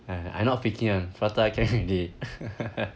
and I'm not faking ah prata I can eat everyday